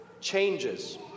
changes